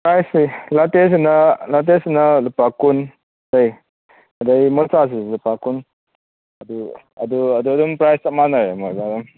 ꯄ꯭ꯔꯥꯏꯖꯁꯤ ꯂꯥꯇꯦꯁꯤꯅ ꯂꯥꯇꯦꯁꯤꯅ ꯂꯨꯄꯥ ꯀꯨꯟ ꯂꯩ ꯑꯗꯨꯒ ꯃꯣꯆꯥꯁꯤꯁꯨ ꯂꯨꯄꯥ ꯀꯨꯟ ꯑꯗꯨ ꯑꯗꯨ ꯑꯗꯨ ꯑꯗꯨꯝ ꯄ꯭ꯔꯥꯖ ꯆꯞ ꯃꯥꯟꯅꯔꯦ ꯃꯣꯏꯒ ꯑꯗꯨꯝ